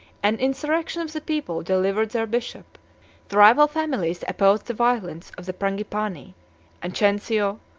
an insurrection of the people delivered their bishop the rival families opposed the violence of the frangipani and cencio,